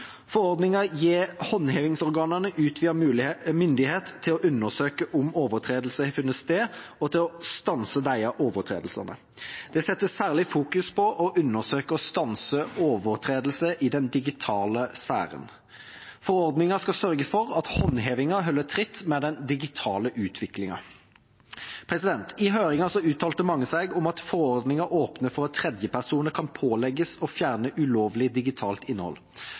gir håndhevingsorganene utvidet myndighet til å undersøke om overtredelse har funnet sted, og til å stanse disse overtredelsene. Det fokuseres særlig på å undersøke og stanse overtredelse i den digitale sfæren. Forordningen skal sørge for at håndhevingen holder tritt med den digitale utviklingen. I høringen uttalte mange seg om at forordningen åpner for at tredjepersoner kan pålegges å fjerne ulovlig digitalt innhold.